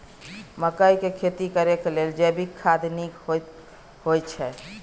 मकई के खेती करेक लेल जैविक खाद नीक होयछै?